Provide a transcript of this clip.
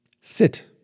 Sit